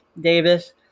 Davis